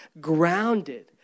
grounded